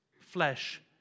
flesh